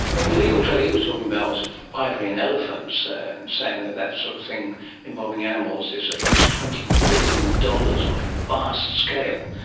the illegal trade he was talking about was of ivory and elephants and saying that that sort of thing involving animals is at least twenty billion dollars, on a vast scale.